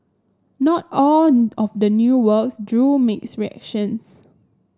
not all of the new works drew mixed reactions